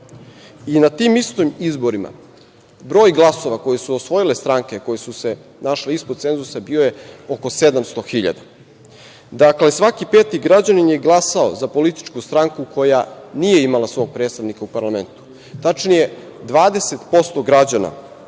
i na tim istim izborima broj glasova koji su osvojile stranke koje su se našle ispod cenzusa bio je oko 700.000.Dakle, svaki peti građanin je glasao za političku stranku koja nije imala svog predstavnika u parlamentu. Tačnije, 20% građana